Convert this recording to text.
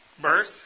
birth